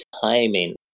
timing